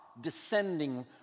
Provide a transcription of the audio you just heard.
descending